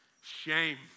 Shame